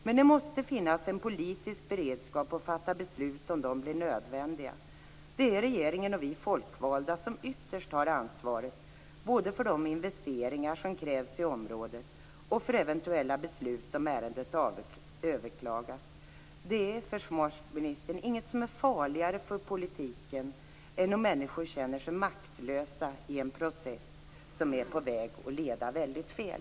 Men det måste finnas en politisk beredskap att fatta beslut om de blir nödvändiga. Det är regeringen och vi folkvalda som ytterst har ansvaret både för de investeringar som krävs i området och för de eventuella beslut om ärendet överklagas. Det är, försvarsministern, inget som är farligare för politiken än om människor känner sig maktlösa i en process som är på väg att leda väldigt fel.